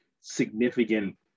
significant